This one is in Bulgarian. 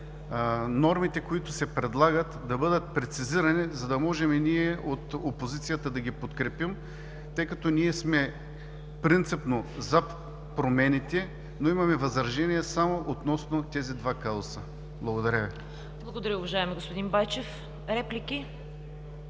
нормите, които се предлагат, да бъдат прецизирани, за да можем ние от опозицията да ги подкрепим, тъй като ние сме принципно за промените, но имаме възражения само относно тези два казуса. Благодаря Ви. ПРЕДСЕДАТЕЛ ЦВЕТА КАРАЯНЧЕВА: Благодаря Ви, уважаеми господин Байчев. Реплики?